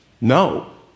No